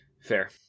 Fair